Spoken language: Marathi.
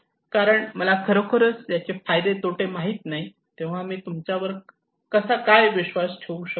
कारण मला खरोखर याचे फायदे तोटे माहित नाही तेव्हा मी तुमच्यावर कसा काय विश्वास ठेवू शकतो